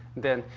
then,